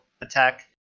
attack